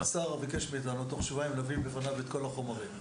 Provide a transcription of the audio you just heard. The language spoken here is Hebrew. משרד השר ביקש מאיתנו להביא לוועדה את כל החומרים תוך שבועיים.